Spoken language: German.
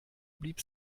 blieb